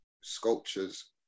sculptures